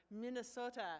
Minnesota